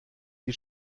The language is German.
die